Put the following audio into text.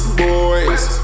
boys